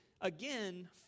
again